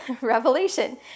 Revelation